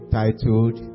titled